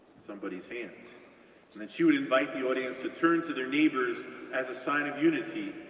somebody's hand. and then she would invite the audience to turn to their neighbors as a sign of unity,